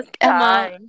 emma